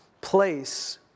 place